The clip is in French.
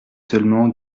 seulement